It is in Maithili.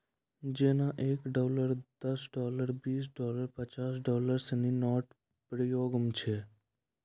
जेना एक डॉलर दस डॉलर बीस डॉलर पचास डॉलर सिनी नोट प्रयोग म छै